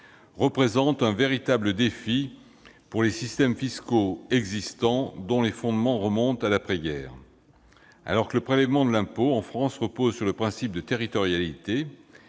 représente un véritable défi pour les systèmes fiscaux actuels, dont les fondements remontent à l'après-guerre. Alors que le prélèvement de l'impôt, en France, repose sur le principe de territorialité,